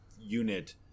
unit